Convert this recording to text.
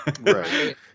Right